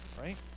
Right